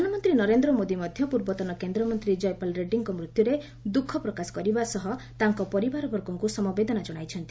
ପ୍ରଧାନମନ୍ତ୍ରୀ ନରେନ୍ଦ୍ର ମୋଦି ମଧ୍ୟ ପୂର୍ବତନ କେନ୍ଦ୍ରମନ୍ତ୍ରୀ ଜୟପାଲ୍ ରେଡ୍ଡୀଙ୍କ ମୃତ୍ୟୁରେ ଗଭୀର ଦୁଃଖ ପ୍ରକାଶ କରିବା ସହ ତାଙ୍କ ପରିବାରବର୍ଗଙ୍କୁ ସମବେଦନା ଜଣାଇଛନ୍ତି